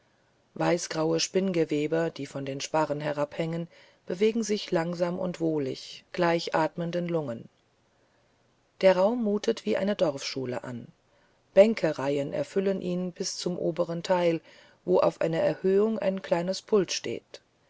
weißgraue spinngewebe die von den sparren herabhängen bewegen sich langsam und wohlig gleich atmenden lungen der raum mutet wie eine dorfschule an bänkereihen erfüllen ihn bis zum oberen teil wo auf einer erhöhung ein kleines pult steht